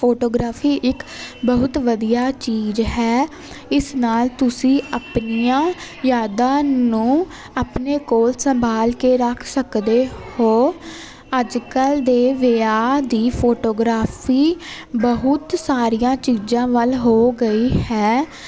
photography ਇੱਕ ਬਹੁਤ ਵਧੀਆ ਚੀਜ਼ ਹੈ ਇਸ ਨਾਲ ਤੁਸੀਂ ਆਪਣੀਆਂ ਯਾਦਾਂ ਨੂੰ ਆਪਣੇ ਕੋਲ ਸੰਭਾਲ ਕੇ ਰੱਖ ਸਕਦੇ ਹੋ ਅੱਜ ਕੱਲ੍ਹ ਦੇ ਵਿਆਹ ਦੀ ਫੋਟੋਗ੍ਰਾਫੀ ਬਹੁਤ ਸਾਰੀਆਂ ਚੀਜ਼ਾਂ ਵੱਲ ਹੋ ਗਈ ਹੈ